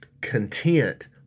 content